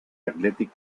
athletic